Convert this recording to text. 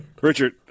Richard